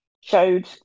showed –